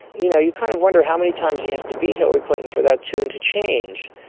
you know you kind of wonder how many times he has to beat hillary clinton for that tune to change,